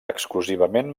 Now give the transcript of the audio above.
exclusivament